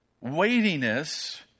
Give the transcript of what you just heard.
weightiness